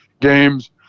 games